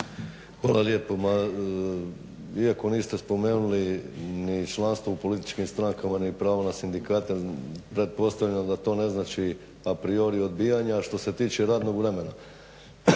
Hvala lijepa. Ma iako niste spomenuli ni članstvo u političkim strankama ni pravo na sindikate pretpostavljam da to ne znači a priori odbijanje, a što se tiče radnog vremena